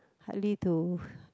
hardly to